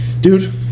Dude